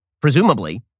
presumably